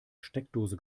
steckdose